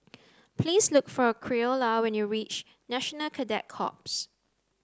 please look for Creola when you reach National Cadet Corps